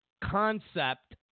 concept